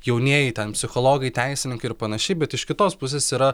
jaunieji ten psichologai teisininkai ir panašiai bet iš kitos pusės yra